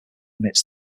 amidst